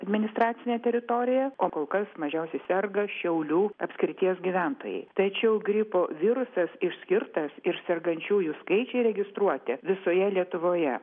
administracinė teritorija o kol kas mažiausiai serga šiaulių apskrities gyventojai tačiau gripo virusas išskirtas ir sergančiųjų skaičiai registruoti visoje lietuvoje